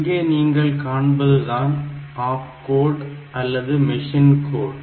இங்கே நீங்கள் காண்பது தான் ஆப்கோடு அல்லது மெஷின்கோடு